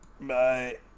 Bye